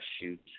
shoot